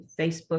Facebook